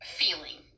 feeling